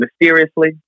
mysteriously